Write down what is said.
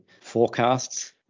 forecasts